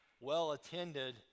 well-attended